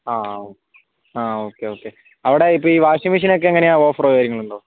ആ ആ okay okay അവിടെ ഇപ്പോൾ ഈ വാഷിങ്ങ് മെഷീനൊക്കെ എങ്ങനെയാണ് ഓഫർ കാര്യങ്ങളുണ്ടോ